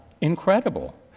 Incredible